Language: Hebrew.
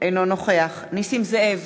אינו נוכח נסים זאב,